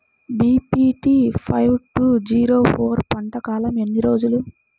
BPT five two zero four పంట కాలంలో ఎన్ని రోజులు?